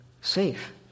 safe